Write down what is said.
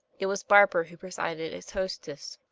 it was barbara who presided as hostess.